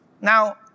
Now